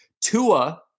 Tua